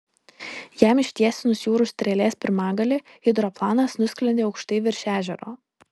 jam ištiesinus jūrų strėlės pirmgalį hidroplanas nusklendė aukštai virš ežero